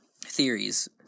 theories